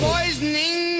Poisoning